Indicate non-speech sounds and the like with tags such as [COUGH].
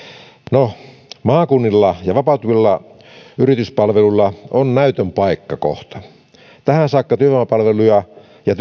no maakunnilla ja vapautuvilla yrityspalveluilla on näytön paikka kohta tähän saakka työvoimapalveluja ja [UNINTELLIGIBLE]